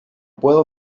puedo